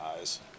eyes